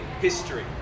history